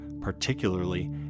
particularly